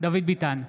דוד ביטן,